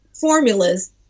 formulas